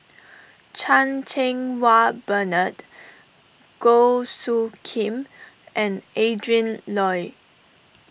Chan Cheng Wah Bernard Goh Soo Khim and Adrin Loi